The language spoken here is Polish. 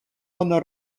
ono